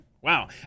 wow